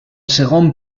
segon